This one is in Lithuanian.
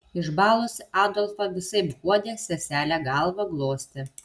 išbalusį adolfą visaip guodė seselė galvą glostė